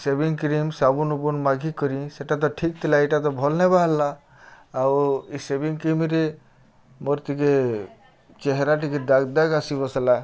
shaving cream ସାବୁନ୍ବାବୁନ୍ ମାଖିକରି ସେଟା ତ ଠିକ୍ ଥିଲା ଇ'ଟା ତ ଭଲ୍ ନାଇ ବାହାର୍ଲା ଆଉ ଏ ସେଭିଂ କ୍ରିମ୍ରେ ମୋର୍ ଟିକେ ଚେହେରା ଟିକେ ଦାଗ୍ଦାଗ୍ ଆସି ବସ୍ଲା